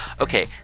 okay